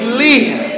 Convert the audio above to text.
live